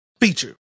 feature